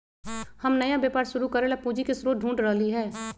हम नया व्यापार शुरू करे ला पूंजी के स्रोत ढूढ़ रहली है